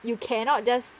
you cannot just